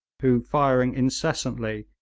who, firing incessantly,